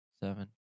seven